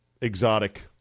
exotic